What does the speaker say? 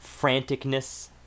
franticness